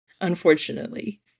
unfortunately